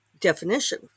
definition